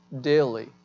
daily